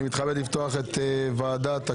אני מתכבד לפתוח את ישיבת ועדת הכנסת.